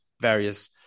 various